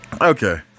Okay